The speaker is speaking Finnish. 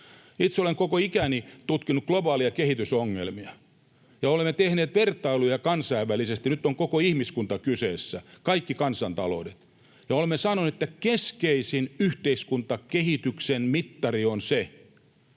Itse olen koko ikäni tutkinut globaaleja kehitysongelmia, ja olemme tehneet vertailuja kansainvälisesti. Nyt on koko ihmiskunta kyseessä, kaikki kansantaloudet, ja olemme sanoneet, että keskeisin yhteiskuntakehityksen mittari on se,